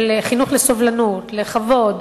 של חינוך לסובלנות, לכבוד,